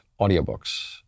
audiobooks